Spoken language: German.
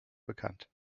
bekannt